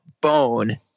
bone